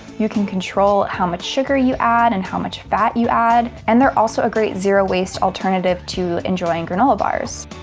you can control how much sugar you add and how much fat you add. and they're also a great zero-waste alternative to enjoy in granola bars.